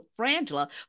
Frangela